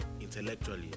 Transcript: intellectually